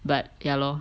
but ya loh